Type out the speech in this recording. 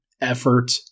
effort